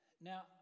Now